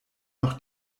noch